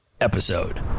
episode